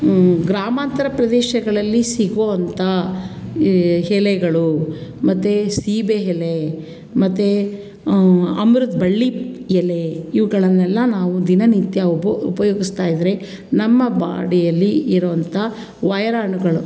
ಗ್ರಾಮಾಂತರ ಪ್ರದೇಶಗಳಲ್ಲಿ ಸಿಗೋವಂತಹ ಎಲೆಗಳು ಮತ್ತು ಸೀಬೇ ಎಲೆ ಮತ್ತು ಅಮೃತ ಬಳ್ಳಿ ಎಲೆ ಇವುಗಳನ್ನೆಲ್ಲ ನಾವು ದಿನನಿತ್ಯ ಉಪೋ ಉಪಯೋಗಿಸ್ತಾ ಇದ್ದರೆ ನಮ್ಮ ಬಾಡಿಯಲ್ಲಿ ಇರುವಂಥ ವೈರಾಣುಗಳು